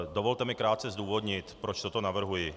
Dovolte mi krátce zdůvodnit, proč toto navrhuji.